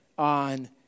on